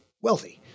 wealthy